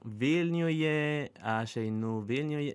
vilniuje aš einu vilniuje